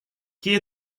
gehe